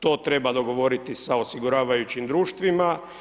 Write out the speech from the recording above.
To treba dogovoriti sa osiguravajućim društvima.